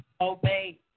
obey